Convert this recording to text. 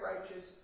righteous